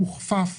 למשל, הוכפף